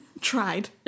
Tried